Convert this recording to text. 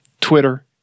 Twitter